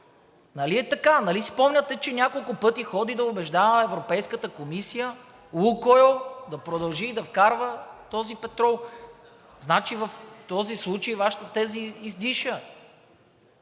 Нали е така? Нали си спомняте, че няколко пъти ходи да убеждава Европейската комисия „Лукойл“ да продължи да вкарва този петрол? Значи, в този случай Вашата теза издиша